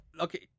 okay